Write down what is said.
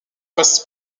passe